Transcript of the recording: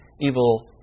evil